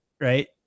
Right